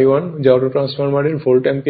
I1 যা অটোট্রান্সফরমারের volt ampere rating